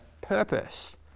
purpose